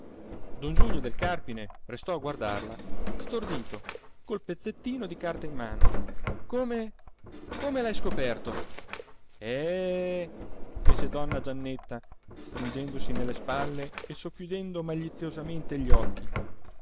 don giulio del carpine restò a guardarla stordito col pezzettino di carta in mano come come l'hai scoperto eh fece donna giannetta stringendosi nelle spalle e socchiudendo maliziosamente gli occhi